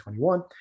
2021